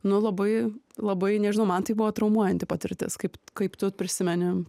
nu labai labai nežinau man tai buvo traumuojanti patirtis kaip kaip tu prisimeni